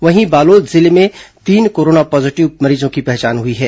वहीं बालोद जिले में तीन कोरोना पॉजीटिव मरीजों की पहचान हुई है